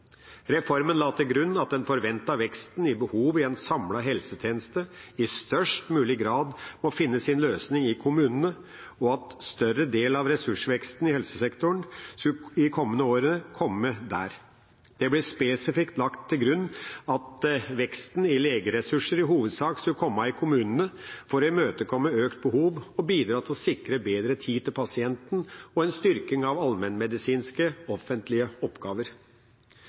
Reformen la til grunn at den forventede veksten i behov i en samlet helsetjeneste i størst mulig grad må finne sin løsning i kommunene, og at en større del av ressursveksten i helsesektoren i de kommende årene skulle komme der. Det ble spesifikt lagt til grunn at veksten i legeressurser i hovedsak skulle komme i kommunene for å imøtekomme økt behov og bidra til å sikre bedre tid til pasienten og en styrking av allmennmedisinske offentlige oppgaver.